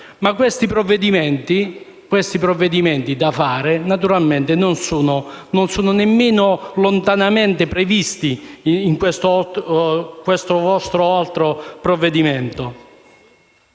ma questi provvedimenti necessari non sono nemmeno lontanamente previsti in questo vostro nuovo provvedimento.